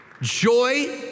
Joy